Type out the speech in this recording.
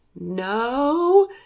No